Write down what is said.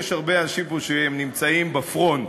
יש הרבה אנשים פה שנמצאים בפרונט,